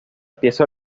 pieza